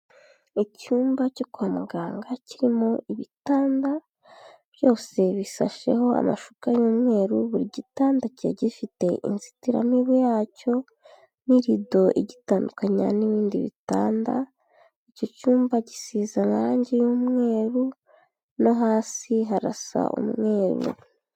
Icyumba cyo kwa muganga kirimo ibitanda byose bisasheho amashuka y'umweru, buri gitanda kiba gifite inzitiramibu yacyo n'irido igitandukanya n'ibindi bitanda, icyo cyumba gisiza imarange y'umweru no hasi harasa umweru.